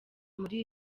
muri